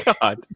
God